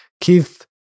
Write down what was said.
Keith